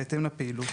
בהתאם לפעילות.